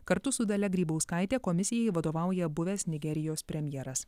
kartu su dalia grybauskaite komisijai vadovauja buvęs nigerijos premjeras